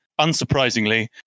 unsurprisingly